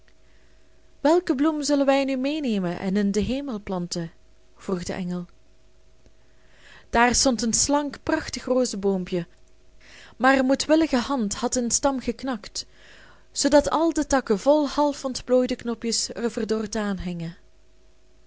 welke bloem zullen wij nu meenemen en in den hemel planten vroeg de engel daar stond een slank prachtig rozeboompje maar een moedwillige hand had den stam geknakt zoodat al de takken vol half ontplooide knopjes er verdord